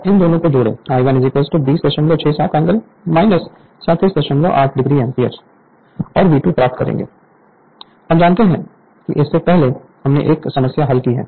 बस इन दोनों को जोड़ें I1 2067 एंगल 378 डिग्री एम्पीयर और V2 प्राप्त करेंगे हम जानते हैं कि इससे पहले हमने एक समस्या हल की है